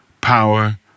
power